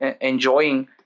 enjoying